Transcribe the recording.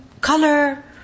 color